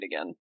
again